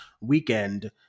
weekend